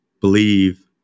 believe